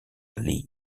lee